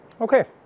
Okay